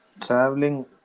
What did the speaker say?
traveling